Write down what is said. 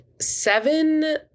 seven